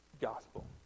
gospel